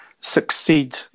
succeed